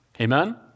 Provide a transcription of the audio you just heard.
Amen